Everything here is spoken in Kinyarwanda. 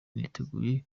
niteguye